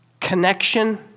connection